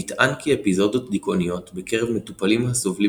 נטען כי אפיזודות דיכאוניות בקרב מטופלים הסובלים